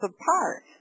apart